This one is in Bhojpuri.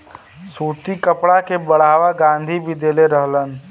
सूती कपड़ा के बढ़ावा गाँधी भी देले रहलन